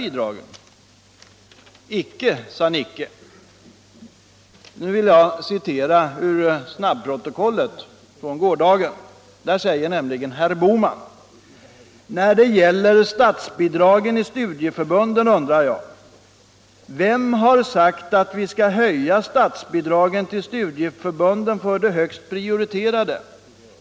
Icke, sa Nicke. Nu vill jag citera ur snabbprotokollet från gårdagen. Där säger nämligen herr Bohman: ”När det gäller statsbidragen till studieförbunden undrar jag: Vem har sagt att vi skall höja statsbidragen till studieförbunden för de högst prioriterade?